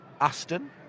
Aston